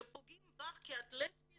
כשפוגעים בך כי את לסבית